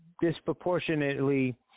disproportionately